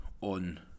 on